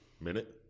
minute